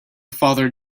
father